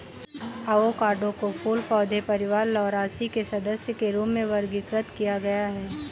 avocado को फूल पौधे परिवार लौरासी के सदस्य के रूप में वर्गीकृत किया गया है